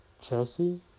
Chelsea